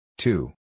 Two